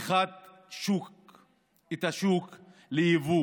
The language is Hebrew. פתיחת השוק ליבוא